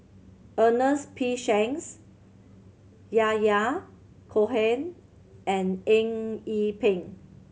Ernest P Shanks Yahya Cohen and Eng Yee Peng